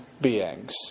beings